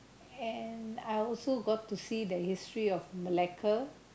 and I also got to see the history of Malacca